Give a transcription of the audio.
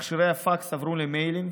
מכשירי הפקס עברו למיילים,